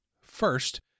First